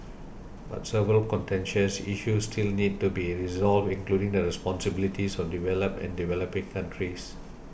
but several contentious issues still need to be resolved including the responsibilities of developed and developing countries